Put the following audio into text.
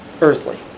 earthly